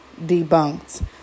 debunked